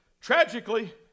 tragically